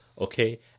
Okay